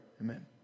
Amen